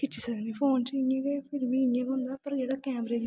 खिच्ची सकनें फोन च बी इ'यां गै होंदा पर जेह्ड़ा कैमरे